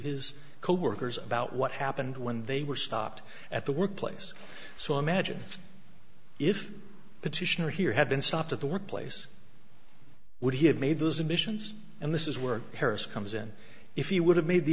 his coworkers about what happened when they were stopped at the workplace so i imagine if petitioner here had been stopped at the workplace would he have made those emissions and this is where harris comes in if you would have made the